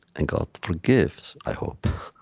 and god forgives, i hope.